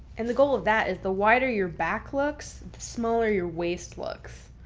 and the goal of that is the wider your back looks, the smaller your waist looks.